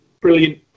brilliant